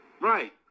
Right